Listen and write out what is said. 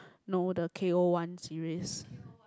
know the K_O one series